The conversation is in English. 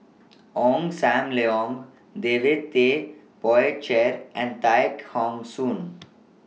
Ong SAM Leong David Tay Poey Cher and Tay Khong Soon